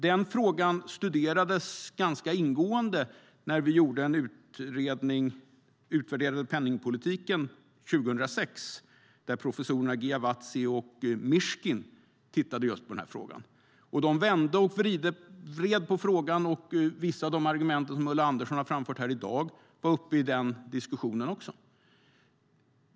Den frågan studerades ganska ingående när vi utvärderade penningpolitiken 2006 och professorerna Giavazzi och Mishkin tittade på denna fråga. De vände och vred på frågan, och vissa av de argument som Ulla Andersson framfört här i dag var uppe i den diskussionen.